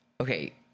okay